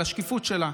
על השקיפות שלה.